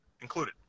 included